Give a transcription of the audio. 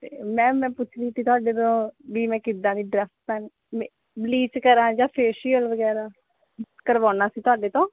ma'am ਮੈਂ ਪੁੱਛਦੀ ਸੀ ਤੁਹਾਡੇ ਤੋਂ ਵੀ ਮੈਂ ਕਿੱਦਾਂ ਦੀ ਡਰੈੱਸ ਪਹਿਨਾ ਮ ਬਲੀਚ ਕਰਾਂ ਜਾਂ ਫੇਸ਼ੀਅਲ ਵਗੈਰਾ ਕਰਵਾਉਣਾ ਸੀ ਤੁਹਾਡੇ ਤੋਂ